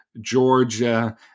Georgia